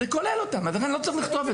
זה כולל אותם, לכן לא צריך לכתוב את זה.